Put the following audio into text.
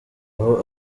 aho